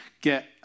get